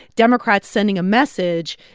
democrats sending a message.